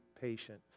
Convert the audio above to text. patient